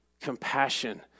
Compassion